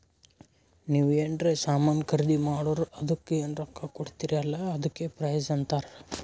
ನೀವ್ ಎನ್ರೆ ಸಾಮಾನ್ ಖರ್ದಿ ಮಾಡುರ್ ಅದುಕ್ಕ ಎನ್ ರೊಕ್ಕಾ ಕೊಡ್ತೀರಿ ಅಲ್ಲಾ ಅದಕ್ಕ ಪ್ರೈಸ್ ಅಂತಾರ್